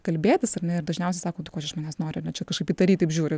kalbėtis ar ne ir dažniausiai sako tai ko čia iš manęs nori ar ne čia kažkaip įtariai taip žiūri